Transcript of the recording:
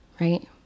right